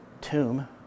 tomb